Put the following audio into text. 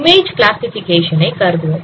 image classification ஐ கருதுவோம்